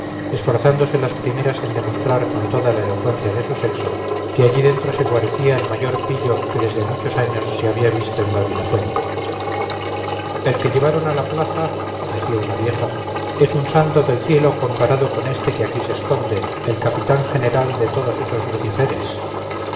esforzándose las primeras en demostrar con toda la elocuencia de su sexo que allí dentro se guarecía el mayor pillo que desde muchos años se había visto en babilafuente el que llevaron a la plaza decía una vieja es un santo del cielo comparado con este que aquí se esconde el capitán general de todos esos luciferes